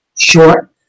Short